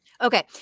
Okay